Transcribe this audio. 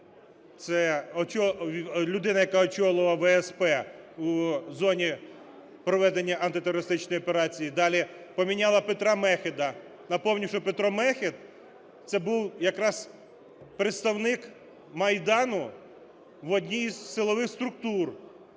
це… людина, яка очолювала ВСП у зоні проведення антитерористичної операції далі, поміняла Петра Мехеда. Напомню, що Петро Мехед це був якраз представник Майдану в одній із силових структур.